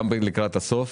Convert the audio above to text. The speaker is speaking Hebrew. גם לקראת הסוף,